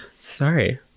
sorry